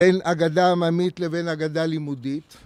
‫בין אגדה עממית לבין אגדה לימודית.